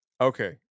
Okay